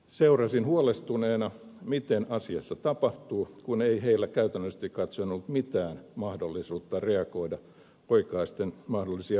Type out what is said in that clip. seurasin huolestuneena mitä asiassa tapahtuu kun ei heillä käytännöllisesti katsoen ollut mitään mahdollisuutta reagoida oikaisten mahdollisia virheitä